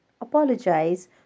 apologize